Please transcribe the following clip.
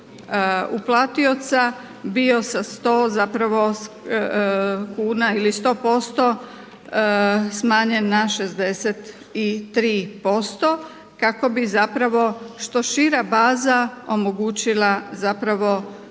kuna ili 100% smanjen na 63% kako bi zapravo što šira baza omogućila zapravo